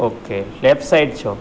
okay left side છો